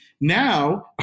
now